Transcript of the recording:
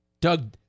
Doug